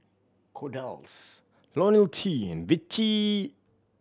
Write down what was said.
Kordel's Ionil T and Vichy